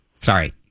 sorry